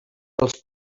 els